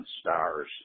stars